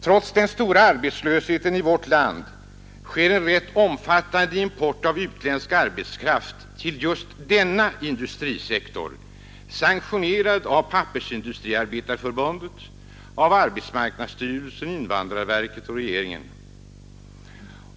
Trots den stora arbetslösheten i vårt land sker en rätt omfattande import av utländsk arbetskraft till just denna industrisektor, sanktionerad av Pappersindustriarbetareförbundet, arbetsmarknadsstyrelsen, invandrarverket och regeringen.